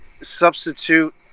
substitute